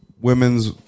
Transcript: women's